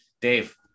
Dave